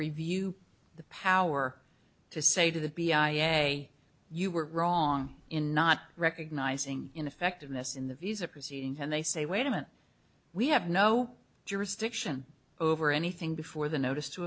review the power to say to the b i a you were wrong in not recognizing ineffectiveness in the visa proceeding and they say wait a minute we have no jurisdiction over anything before the notice to